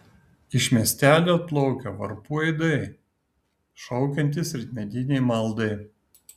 iš miestelio atplaukia varpų aidai šaukiantys rytmetinei maldai